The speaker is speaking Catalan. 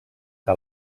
que